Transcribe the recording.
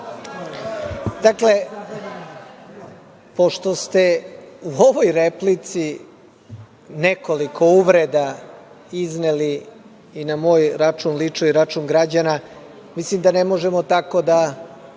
Dakle, pošto ste u ovoj replici nekoliko uvreda izneli i na moj račun lično i na račun građana, mislim da ne možemo tako da